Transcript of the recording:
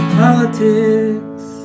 politics